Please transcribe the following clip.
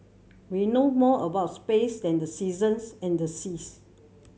we know more about space than the seasons and the seas